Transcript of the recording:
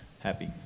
Happy